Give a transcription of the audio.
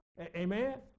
Amen